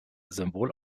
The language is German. symbol